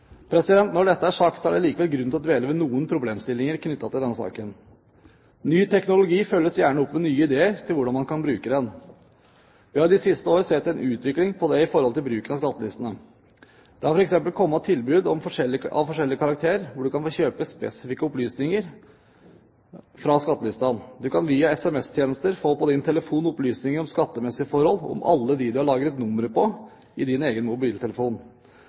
Når dette er sagt, er det likevel grunn til å dvele ved noen problemstillinger knyttet til denne saken. Ny teknologi følges gjerne opp med nye ideer til hvordan man kan bruke den. Vi har de siste år sett en utvikling av det knyttet til bruken av skattelistene. Det har f.eks. kommet tilbud av forskjellig karakter hvor du kan få kjøpe spesifikke opplysninger fra skattelistene, du kan via SMS-tjenester på din telefon få opplysninger om skattemessige forhold om alle dem du har lagret nummeret til i din egen mobiltelefon.